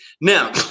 Now